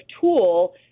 tool